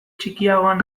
txikiagoan